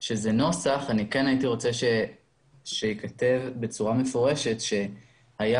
שזה נוסח אבל כן הייתי רוצה שייכתב בצורה מפורשת שהיה